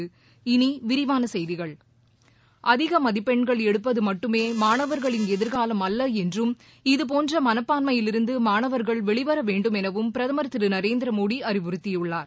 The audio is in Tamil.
இனி விரிவான செய்திகள் அதிக மதிப்பெண்கள் எடுப்பது மட்டுமே மாணவர்களின் எதிர்காவம் அல்ல என்றும் இதுபோன்ற மனப்பான்மையிலிருந்து மாணவர்கள் வெளிவர வேண்டுமெனவும் பிரதமர் திரு நரேந்திரமோடி அறிவுறுத்தியுள்ளார்